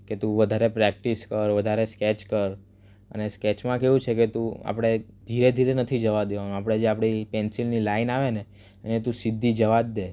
કે તું વધારે પ્રેક્ટિસ કર વધારે સ્કેચ કર અને સ્કેચમાં કેવું છે કે તું આપણે ધીરે ધીરે નથી જવા દેવાનું આપણે જે આપણી પેન્સિલની લાઇન આવે ને એનાથી સીધી જવા જ દે